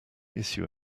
issue